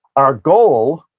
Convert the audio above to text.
our goal,